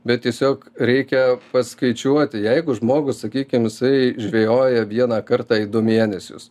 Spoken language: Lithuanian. bet tiesiog reikia paskaičiuoti jeigu žmogus sakykim jisai žvejoja vieną kartą į du mėnesius